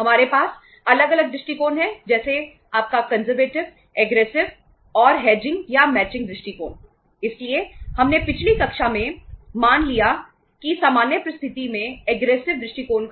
हमारे पास अलग अलग दृष्टिकोण हैं जैसे आपका कंजरवेटिव दृष्टिकोण का